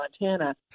Montana